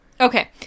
Okay